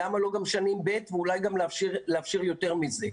למה לא גם שנה ב' ואולי גם לאפשר יותר מזה.